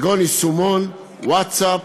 כגון יישומון ווטסאפ.